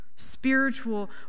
Spiritual